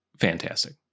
fantastic